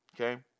Okay